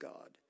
God